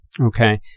Okay